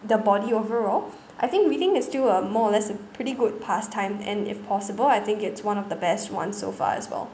the body overall I think reading is still a more or less a pretty good pastime and if possible I think it's one of the best one so far as well